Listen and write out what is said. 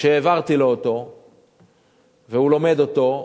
שהעברתי לו אותו והוא לומד אותו,